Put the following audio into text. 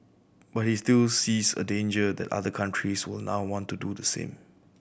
but he still sees a danger that other countries will now want to do the same